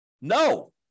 No